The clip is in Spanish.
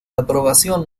aprobación